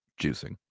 juicing